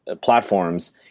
platforms